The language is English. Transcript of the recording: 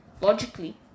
logically